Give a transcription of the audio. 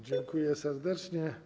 Dziękuję serdecznie.